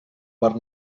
per